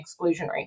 exclusionary